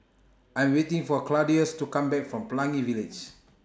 I'm waiting For Claudius to Come Back from Pelangi Village